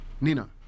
Nina